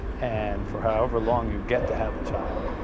and for however long you get to have a child,